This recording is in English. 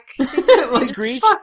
Screech